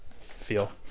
feel